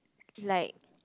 like